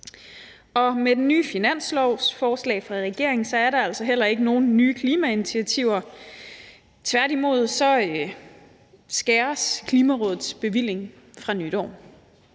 Med det nye finanslovsforslag fra regeringen er der altså heller ikke nogen nye klimainitiativer. Tværtimod skæres Klimarådets bevilling fra nytår.